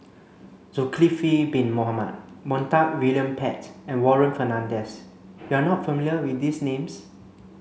Zulkifli bin Mohamed Montague William Pett and Warren Fernandez you are not familiar with these names